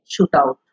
shootout